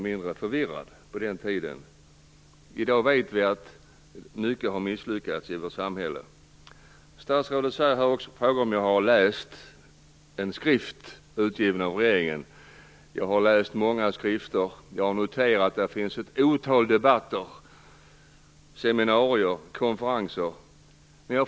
I dag vet vi att mycket har misslyckats i vårt samhälle. Statsrådet frågade också om jag har läst en skrift som utgivits av regeringen. Jag har läst många skrifter och noterat att det hållits ett otal debatter, seminarier och konferenser.